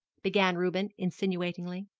began reuben insinuatingly.